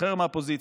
תשתחרר מהפוזיציה.